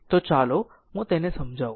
તો ચાલો હું તેને સમજાવું